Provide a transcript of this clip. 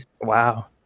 Wow